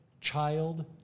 child